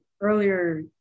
earlier